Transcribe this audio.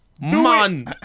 Man